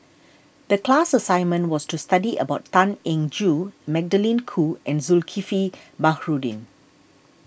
the class assignment was to study about Tan Eng Joo Magdalene Khoo and Zulkifli Baharudin